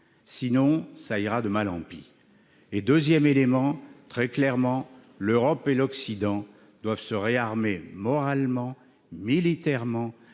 Sinon, cela ira de mal en pis. Puis, très clairement, l’Europe et l’Occident doivent se réarmer moralement, militairement,